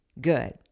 good